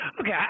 Okay